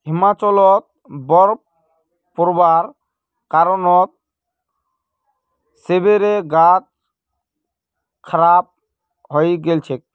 हिमाचलत बर्फ़ पोरवार कारणत सेबेर गाछ खराब हई गेल छेक